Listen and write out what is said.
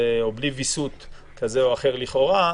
או בלי ויסות כזה או אחר לכאורה,